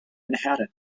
manhattan